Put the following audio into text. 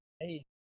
Hey